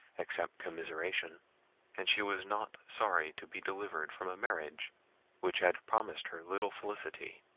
except commiseration and she was not sorry to be delivered from a marriage which had promised her little felicity,